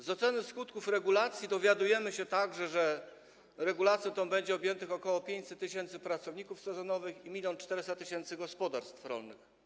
Z oceny skutków regulacji dowiadujemy się także, że regulacją tą będzie objętych ok. 500 tys. pracowników sezonowych i 1400 tys. gospodarstw rolnych.